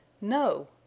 No